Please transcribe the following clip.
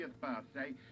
birthday